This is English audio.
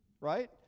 right